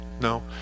no